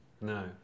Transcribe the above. No